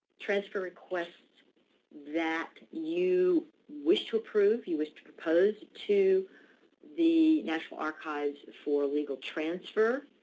transfer requests that you wish to approve, you wish to propose to the national archives for legal transfer,